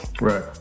Right